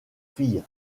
filles